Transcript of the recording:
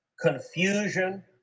confusion